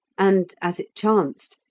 and, as it chanced,